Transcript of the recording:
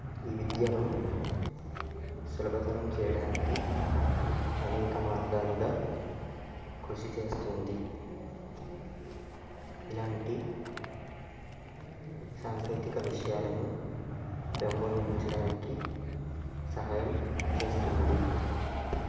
ఈ విద్యను సులభతరం చేయడానికి అనేక మార్గాలుగా కృషి చేస్తుంది ఇలాంటి సాంకేతిక విషయాలను పెంపొందించడానికి సహాయం చేస్తుంది